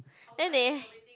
then they